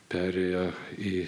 perėjo į